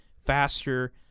faster